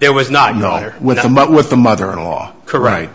there was not an author with them but with the mother in law correct